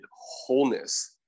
wholeness